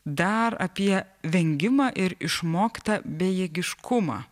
dar apie vengimą ir išmoktą bejėgiškumą